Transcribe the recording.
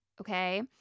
okay